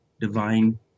divine